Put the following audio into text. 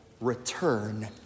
return